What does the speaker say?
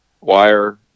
wire